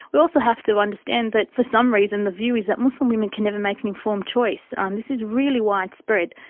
we also have to understand that for some reason the view is that muslim women can never make an informed choice. um this is really widespread,